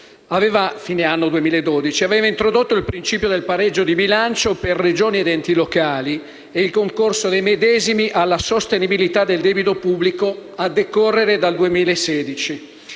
alla fine del 2012, aveva introdotto il principio del pareggio di bilancio per Regioni ed enti locali e il concorso dei medesimi alla sostenibilità del debito pubblico a decorrere dal 2016.